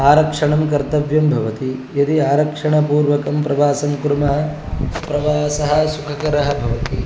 आरक्षणं कर्तव्यं भवति यदि आरक्षणपूर्वकं प्रवासं कुर्मः प्रवासः सुखकरः भवति